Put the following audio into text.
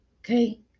Okay